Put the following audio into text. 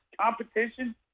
competition